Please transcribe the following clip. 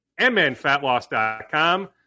mnfatloss.com